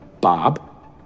Bob